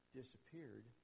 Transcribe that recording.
disappeared